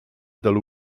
dalla